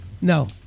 No